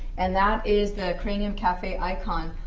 and that is the cranium cafe icon.